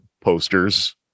posters